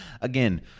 Again